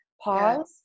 Pause